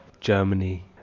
Germany